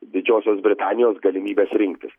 didžiosios britanijos galimybes rinktis